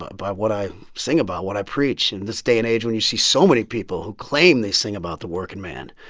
ah by what i sing about, what i preach. in this day and age, when you see so many people who claim they sing about the working man,